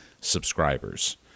subscribers